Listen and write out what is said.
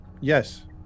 Yes